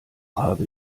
habe